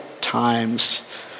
times